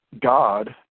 God